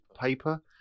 paper